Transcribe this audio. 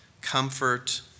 comfort